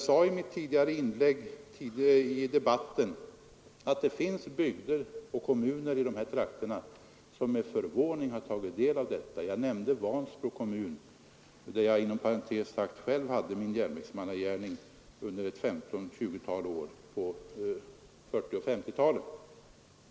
I mitt tidigare inlägg i debatten sade jag att det finns bygder och kommuner i dessa trakter, vilka med förvåning tagit del av detta. Jag nämnde Vansbro kommun, där jag inom parentes sagt själv hade min järnvägsmannagärning under ett 15—20-tal år på 1940 och 1950-talen.